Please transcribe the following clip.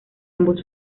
ambos